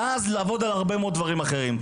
ואז לעבוד על הרבה מאוד דברים אחרים.